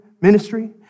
ministry